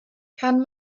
kann